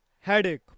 headache